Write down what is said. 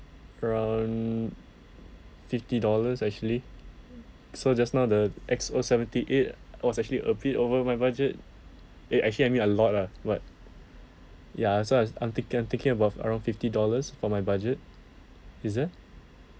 around fifty dollars actually so just now the X O seventy eight was actually a bit over my budget eh actually I mean a lot ah but ya so I was I'm thinking I'm thinking about around fifty dollars for my budget is there